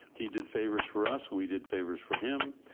he did favours for us, we did favours for him.